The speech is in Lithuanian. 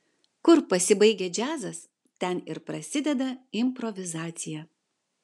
kur pasibaigia džiazas ten ir prasideda improvizacija